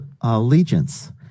allegiance